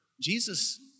Jesus